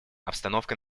обстановка